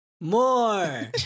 More